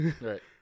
Right